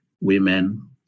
women